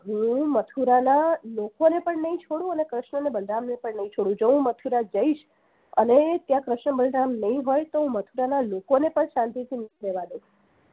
હું મથુરાના લોકોને પણ નહીં છોડું અને કૃષ્ણ અને બલરામને પણ નહીં છોડું જો હું મથુરા જઈશ અને ત્યાં કૃષ્ણ બલરામ નહીં હોય તો મથુરાના લોકોને પણ શાંતિથી નહીં રહેવા દઉં